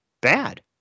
bad